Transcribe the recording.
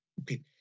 Okay